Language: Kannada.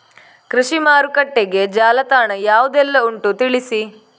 ಕೃಷಿ ಮಾರುಕಟ್ಟೆಗೆ ಜಾಲತಾಣ ಯಾವುದೆಲ್ಲ ಉಂಟು ತಿಳಿಸಿ